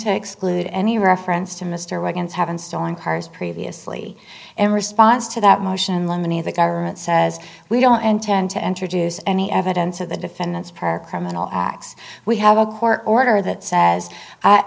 to exclude any reference to mr wiggins haven't stolen cars previously in response to that motion lemony the government says we don't intend to introduce any evidence of the defendants per criminal acts we have a court order that says